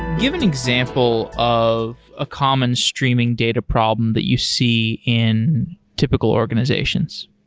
give an example of ah common streaming data problem that you see in typical organizations.